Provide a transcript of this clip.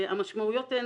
המשמעויות הן